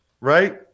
right